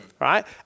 right